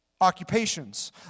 occupations